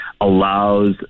allows